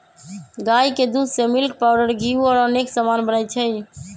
गाई के दूध से मिल्क पाउडर घीउ औरो अनेक समान बनै छइ